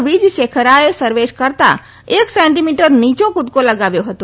વિજશેખરાએ સર્વેશ કરતા એક સેન્ટીમીટર નીચો કૂદકો લગાવ્યો હતો